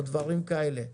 או דברים כאלה.